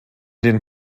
den